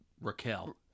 Raquel